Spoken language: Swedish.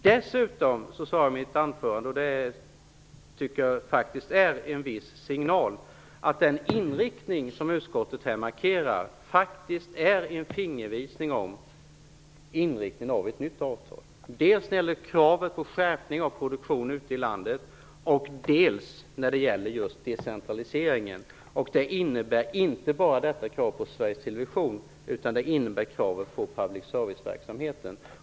Dessutom sade jag i mitt anförande - jag tycker faktiskt att det är en viss signal - att den inriktning som utskottet markerar här faktiskt är en fingervisning om inriktningen av ett nytt avtal dels när det gäller kravet på en skärpning av produktionen ute i landet, dels när det gäller just decentraliseringen. Det innebär inte bara ett krav på Sveriges Television utan det innebär även ett krav på public serviceverksamheten.